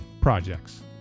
projects